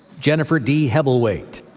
jennifer d. hebblewaite,